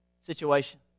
situation